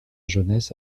jeunesse